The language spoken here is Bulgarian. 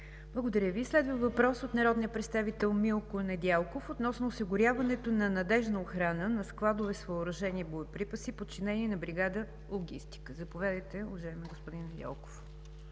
Благодаря Ви. Следва въпрос от народния представител Милко Недялков относно осигуряването на надеждна охрана на складове с въоръжение и боеприпаси, подчинени на бригада „Логистика“. Заповядайте, уважаеми господин Недялков.